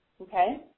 Okay